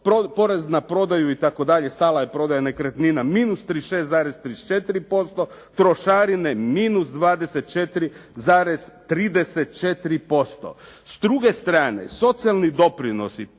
Porez na prodaju itd. stala je prodaja nekretnina -36,34%. Trošarine -24,34%. S druge strane socijalni doprinosi plus